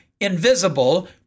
invisible